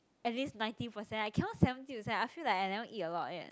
at least ninety percent I cannot seventy percent I feel like I never eat a lot yet